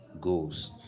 goals